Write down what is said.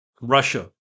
Russia